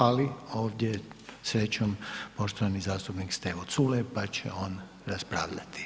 Ali ovdje srećom je poštovani zastupnik Stevo Culej, pa će on raspravljati.